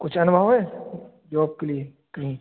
कुछ अनुभव है जॉब के लिए कहीं